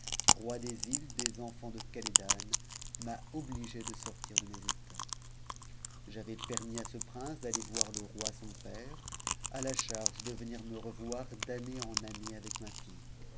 roi des lies des enfantsdekhaledan m'a obligé de sortir de mes états j'avais perçus à ce prince d'aller voir le roi son père à la charge de venir me o r d'année en année avec ma fille